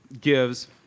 gives